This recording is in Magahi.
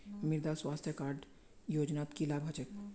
मृदा स्वास्थ्य कार्ड योजनात की लाभ ह छेक